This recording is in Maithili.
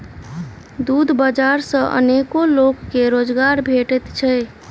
दूध बाजार सॅ अनेको लोक के रोजगार भेटैत छै